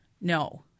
no